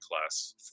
class